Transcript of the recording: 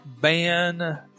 ban